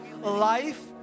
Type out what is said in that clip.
life